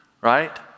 right